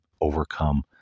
overcome